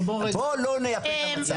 בוא לא נייפה את המצב.